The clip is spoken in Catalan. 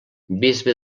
bisbe